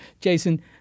jason